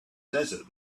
desert